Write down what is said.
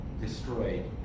destroyed